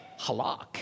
halak